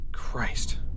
Christ